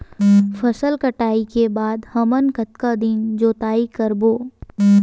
फसल कटाई के बाद हमन कतका दिन जोताई करबो?